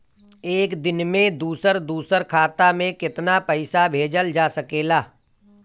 एक दिन में दूसर दूसर खाता में केतना पईसा भेजल जा सेकला?